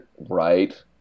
Right